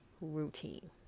routine